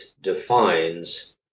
defines